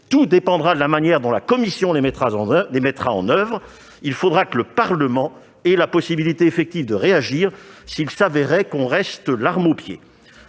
Tout dépendra de la manière dont la Commission européenne les mettra en oeuvre. Il faudra que le Parlement ait la possibilité effective de réagir s'il se trouvait que l'on reste l'arme au pied.